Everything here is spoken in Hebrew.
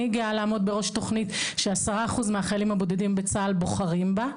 אני גאה לעמוד בראש תוכנית ש-10% מהחיילים הבודדים בצה"ל בוחרים בה.